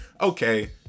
Okay